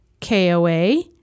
KOA